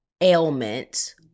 ailment